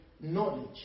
knowledge